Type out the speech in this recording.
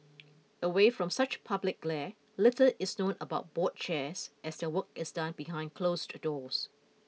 away from such public glare little is known about board chairs as their work is done behind closed doors